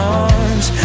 arms